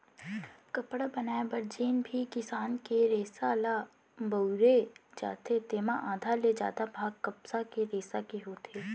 कपड़ा बनाए बर जेन भी किसम के रेसा ल बउरे जाथे तेमा आधा ले जादा भाग कपसा के रेसा के होथे